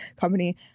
company